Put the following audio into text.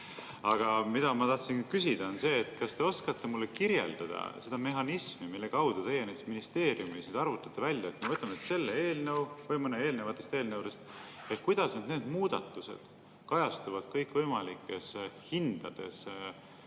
Aga ma tahtsin küsida seda, kas te oskate mulle kirjeldada seda mehhanismi, mille abil teie ministeeriumis arvutatakse välja – võtame selle eelnõu või mõne eelnevatest eelnõudest –, kuidas need muudatused kajastuvad kõikvõimalikes hindades,